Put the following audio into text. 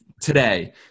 today